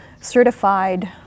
certified